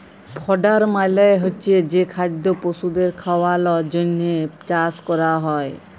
fodder মালে হচ্ছে যে খাদ্য পশুদের খাওয়ালর জন্হে চাষ ক্যরা হ্যয়